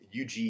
UG